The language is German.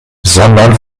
sondern